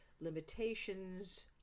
limitations